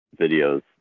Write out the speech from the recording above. videos